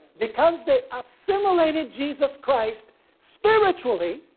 because they assimilated jesus christ spiritually,